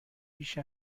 بیش